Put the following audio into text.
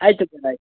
ಆಯಿತು ಸರ್ ಆಯ್ತು